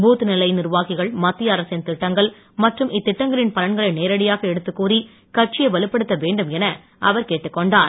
booth நிலை நிர்வாகிகள் மத்திய அரசின் திட்டங்கள் மற்றும் இத்திட்டங்களின் பலன்களை நேரடியாக எடுத்துக் கூறி கட்சியை வலுப்படுத்த வேண்டும் என அவர் கேட்டுக்கொண்டார்